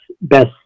best